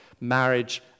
marriage